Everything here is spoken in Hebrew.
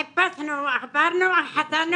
חיפשנו, עברנו בחדרים,